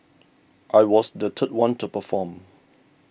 I was the third one to perform